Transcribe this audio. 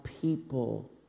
people